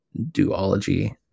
duology